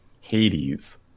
Hades